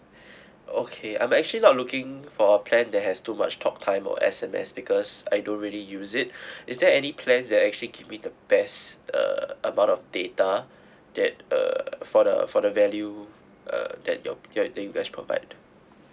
okay I'm actually not looking for a plan there has too much talk time or S_M_S because I don't really use it is there any plans that actually give me the best uh about of data that uh for the for the value uh that you're you're actually provided